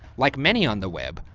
like many on the web,